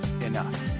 enough